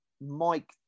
Mike